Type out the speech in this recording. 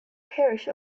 parish